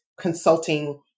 consulting